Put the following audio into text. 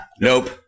Nope